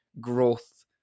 growth